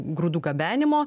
grūdų gabenimo